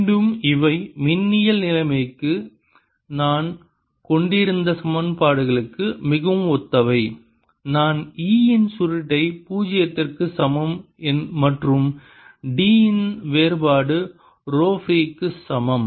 மீண்டும் இவை மின்னியல் நிலைமைக்கு நாம் கொண்டிருந்த சமன்பாடுகளுக்கு மிகவும் ஒத்தவை நான் E இன் சுருட்டை பூஜ்ஜியத்திற்கு சமம் மற்றும் D இன் வேறுபாடு ரோ ஃப்ரீ க்கு சமம்